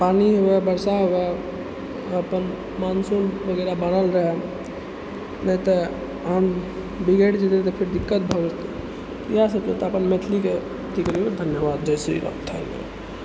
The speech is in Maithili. पानि हुबै वर्षा हुबै आओर अपन मानसून वगैरह बनल रहै नहि तऽ आओर बिगड़ि जेतै तऽ फेर दिक्कत भऽ जेतै यहाँ सब छै तऽ अपन मैथिलीके अथी करियो धन्यवाद जय श्री राम थैंक यू